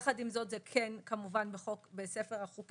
יחד עם זאת זה כן בספר החוקים.